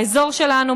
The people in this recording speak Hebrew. באזור שלנו,